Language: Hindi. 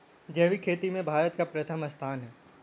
जैविक खेती में भारत का प्रथम स्थान है